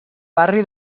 barri